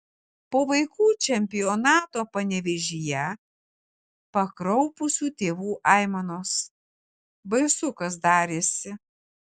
po vaikų čempionato panevėžyje pakraupusių tėvų aimanos baisu kas darėsi